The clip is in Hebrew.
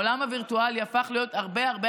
העולם הווירטואלי הפך להיות הרבה הרבה